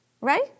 Right